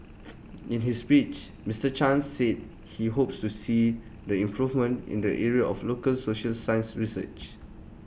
in his speech Mister chan said he hopes to see the improvements in the area of local social science research